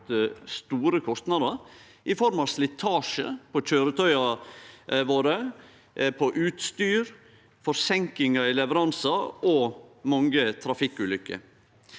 store kostnader i form av slitasje på køyretøya våre, på utstyr, forseinkingar i leveransar og mange trafikkulykker.